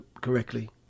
correctly